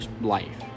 life